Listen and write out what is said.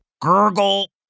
Gurgle